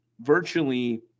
virtually